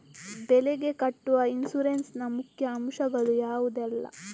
ಬೆಳೆಗೆ ಕಟ್ಟುವ ಇನ್ಸೂರೆನ್ಸ್ ನ ಮುಖ್ಯ ಅಂಶ ಗಳು ಯಾವುದೆಲ್ಲ?